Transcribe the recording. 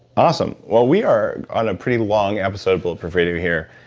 awesome. well we are on a pretty long episode of bulletproof radio here,